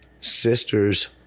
sister's